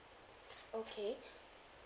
okay